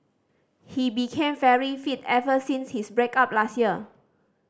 he became very fit ever since his break up last year